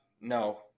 no